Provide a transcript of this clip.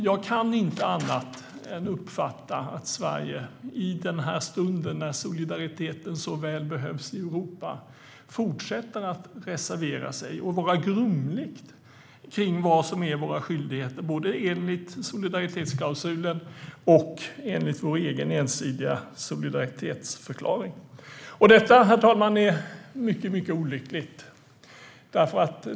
Jag kan inte annat än att uppfatta att Sverige i denna stund när solidariteten så väl behövs i Europa fortsätter att reservera sig och vara grumligt med vad som är våra skyldigheter, både enligt solidaritetsklausulen och enligt vår egen ensidiga solidaritetsförklaring. Herr talman! Detta är mycket olyckligt.